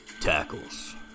tackles